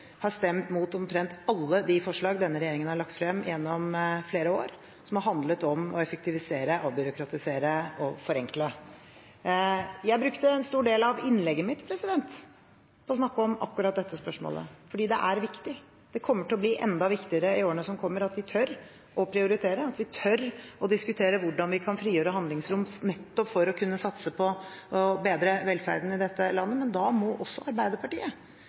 har stemt mot omtrent alle de forslag denne regjeringen har lagt frem gjennom flere år, som har handlet om å effektivisere, avbyråkratisere og forenkle. Jeg brukte en stor del av innlegget mitt på å snakke om akkurat dette spørsmålet, for det er viktig. Det kommer til å bli enda viktigere i årene som kommer, at vi tør å prioritere, at vi tør å diskutere hvordan vi kan frigjøre handlingsrom nettopp for å kunne satse på å bedre velferden i dette landet. Men da må også Arbeiderpartiet